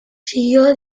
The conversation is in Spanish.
siguió